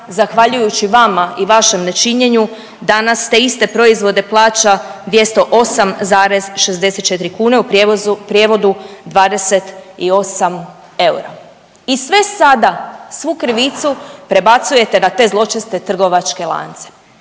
zahvaljujući vama i vašem nečinjenju danas te iste proizvode plaća 208,64 kune u prijevodu 28 eura. I sve sada, svu krivicu prebacujete na te zločeste trgovačke lance.